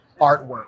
artwork